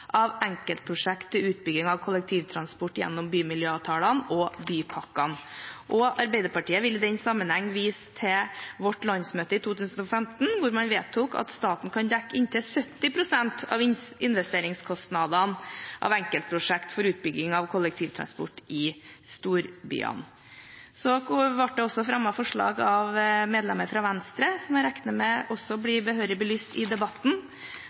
av enkeltprosjekt til utbygging av kollektivtransport gjennom bymiljøavtalene og bypakkene.» Arbeiderpartiet vil i den sammenheng vise til landsmøtet i 2015 hvor man vedtok at staten kan dekke inntil 70 pst. av investeringskostnadene av enkeltprosjekt for utbygging av kollektivtransport i storbyene. Det vil også bli fremmet forslag fra medlemmet fra Venstre, som jeg regner med også vil bli behørig belyst i debatten.